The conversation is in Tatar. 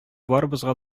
барыбызга